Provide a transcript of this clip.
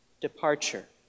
departure